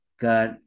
got